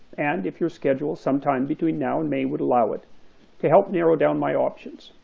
and, if you're scheduled sometime between now and may would allow it to help narrow down my options.